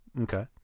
Okay